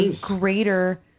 greater